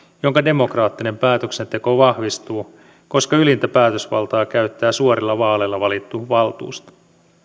joiden demokraattinen päätöksenteko vahvistuu koska ylintä päätösvaltaa käyttää suorilla vaaleilla valittu valtuusto